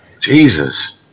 Jesus